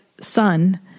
son